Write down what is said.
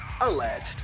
Alleged